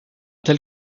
tel